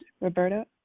Roberta